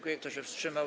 Kto się wstrzymał?